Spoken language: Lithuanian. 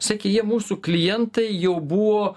sakė jie mūsų klientai jau buvo